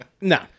No